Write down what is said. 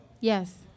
Yes